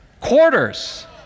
Quarters